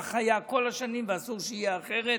כך היה כל השנים, ואסור שיהיה אחרת.